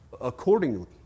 accordingly